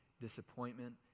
disappointment